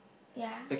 ya